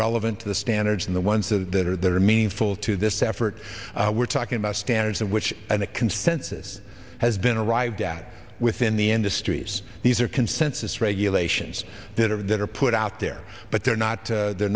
relevant to the standards in the ones that are there are meaningful to this effort we're talking about standards of which and a consensus has been arrived at within the industries these are consensus regulations that are that are put out there but they're not they're